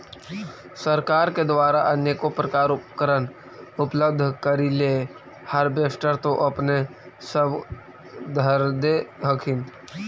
सरकार के द्वारा अनेको प्रकार उपकरण उपलब्ध करिले हारबेसटर तो अपने सब धरदे हखिन?